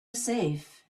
safe